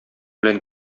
белән